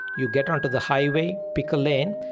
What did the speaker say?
you get onto the highway, pick a lane,